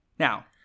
Now